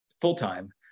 full-time